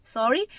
Sorry